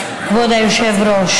כבוד היושב-ראש,